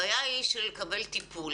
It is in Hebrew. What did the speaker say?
הבעיה היא לקבל טיפול